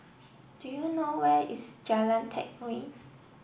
do you know where is Jalan Teck Whye